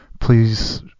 please